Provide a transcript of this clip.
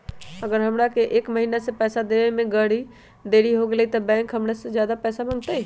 अगर हमरा से एक महीना के पैसा देवे में देरी होगलइ तब बैंक हमरा से ज्यादा पैसा मंगतइ?